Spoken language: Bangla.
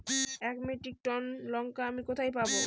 এক মেট্রিক টন লঙ্কা আমি কোথায় পাবো?